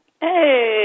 Hey